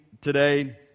today